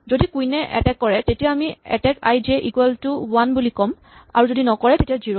যদি কুইন এ এটেক কৰে তেতিয়া আমি attack I J equal to one বুলি ক'ম আৰু যদি নকৰে তেতিয়া জিৰ'